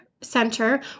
Center